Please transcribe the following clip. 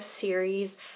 series